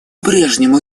прежнему